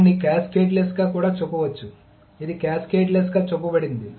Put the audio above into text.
దీనిని క్యాస్కేడ్లెస్గా కూడా చూపవచ్చు ఇది క్యాస్కేడ్లెస్గా చూపబడింది